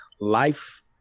life